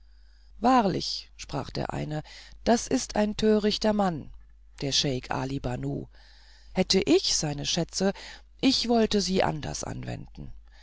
wahrlich sprach der eine das ist ein törichter mann der scheik ali banu hätte ich seine schätze ich wollte sie anders anwenden